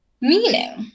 Meaning